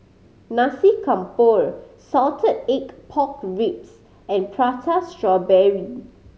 Nasi Campur salted egg pork ribs and Prata Strawberry